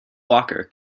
locker